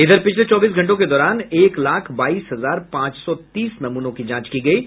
इधर पिछले चौबीस घंटों के दौरान एक लाख बाईस हजार पांच सौ तीस नमूनों की जांच की गई है